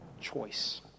choice